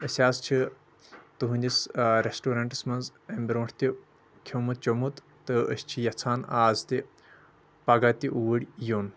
أسۍ حظ چھِ تُہنٛدس رٮ۪سٹورینٹس منٛز امہِ برٛونٛٹھ تہِ کھٮ۪ومُت چیومُت تہٕ أسۍ چھِ یژھان آز تہِ پگہہ تہِ اوٗرۍ یُن